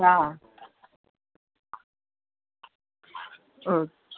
ആ ഓ